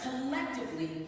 collectively